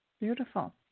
Beautiful